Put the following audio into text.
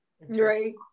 Right